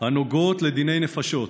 הנוגעות לדיני נפשות.